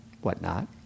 whatnot